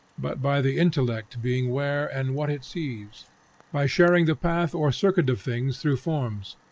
but by the intellect being where and what it sees by sharing the path or circuit of things through forms,